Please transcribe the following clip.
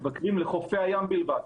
לחופי הים בלבד.